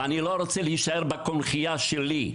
אבל אני לא רוצה להישאר בקונכייה שלי,